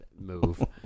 move